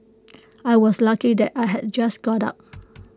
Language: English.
I was lucky that I had just got up